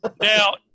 Now